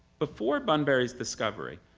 before bunbury's discovery,